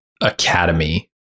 Academy